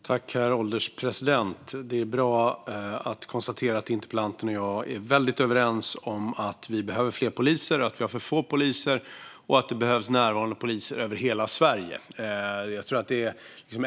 Herr ålderspresident! Det är bra att kunna konstatera att interpellanten och jag är väldigt överens om att vi behöver fler poliser och att det behövs närvarande poliser över hela Sverige.